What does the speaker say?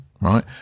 Right